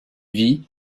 vit